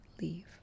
leave